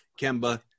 Kemba